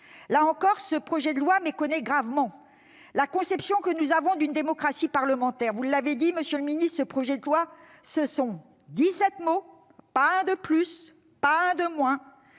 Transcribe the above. Là encore, le présent texte méconnaît gravement la conception que nous avons d'une démocratie parlementaire. Vous l'avez dit, monsieur le garde des sceaux, ce projet de loi, c'est dix-sept mots- pas un de plus, pas un de moins